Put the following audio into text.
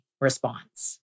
response